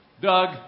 Doug